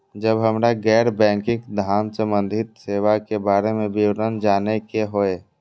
जब हमरा गैर बैंकिंग धान संबंधी सेवा के बारे में विवरण जानय के होय?